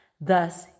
Thus